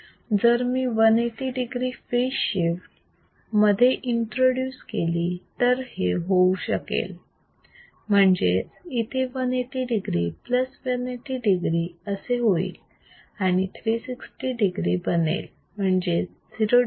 जर मी 180 degree phase shift मध्ये इंट्रोड्युस केली तर हे होऊ शकेल म्हणजेच इथे 180 degree plus 180 degree असे होईल आणि हा 360 degree बनेल म्हणजेच 0 degree